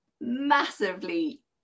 massively